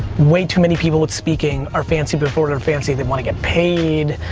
way too many people at speaking are fancy before they're fancy. they wanna get paid,